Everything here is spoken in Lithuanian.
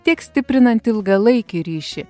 tiek stiprinant ilgalaikį ryšį